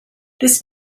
this